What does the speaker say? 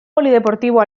polideportivo